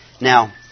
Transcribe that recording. Now